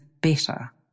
better